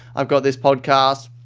i've got this podcast.